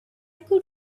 could